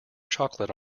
chocolate